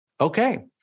Okay